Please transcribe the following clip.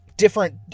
different